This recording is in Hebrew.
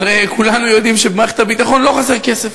הרי כולנו יודעים שבמערכת הביטחון לא חסר כסף,